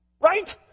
right